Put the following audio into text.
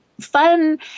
fun